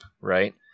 right